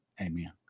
amen